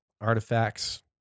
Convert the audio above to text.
artifacts